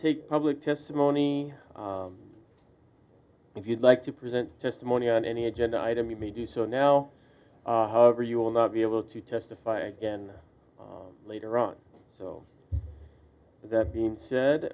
take public testimony if you'd like to present testimony on any agenda item you may do so now however you will not be able to testify again later on so that being said